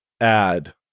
add